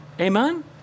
Amen